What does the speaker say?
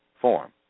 form